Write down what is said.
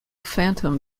phantom